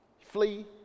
Flee